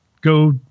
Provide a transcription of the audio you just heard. go